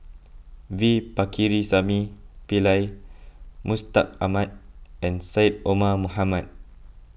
V Pakirisamy Pillai Mustaq Ahmad and Syed Omar Mohamed